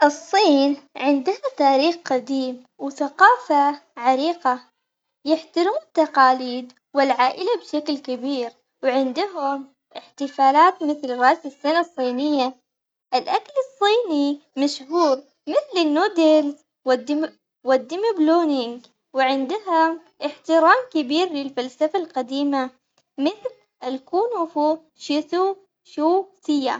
ثقافة أمريكية متنوعة بيها ناس من كل مكان يحبوا الحركة والفردية، وعندهم مهرجانات وعندهم بعد أعياد كثيرة مثل عيد الشكر وعندهم عيد الهالووين.